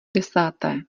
desáté